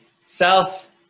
self